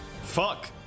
Fuck